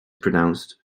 pronounced